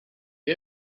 you